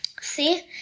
See